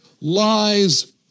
lies